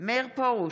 מאיר פרוש,